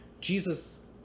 Jesus